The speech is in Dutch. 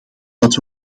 dat